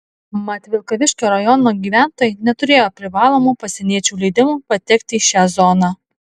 mat vilkaviškio rajono gyventojai neturėjo privalomų pasieniečių leidimų patekti į šią zoną